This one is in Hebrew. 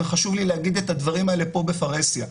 וחשוב לי להגיד את הדברים האלה פה בפרהסיה.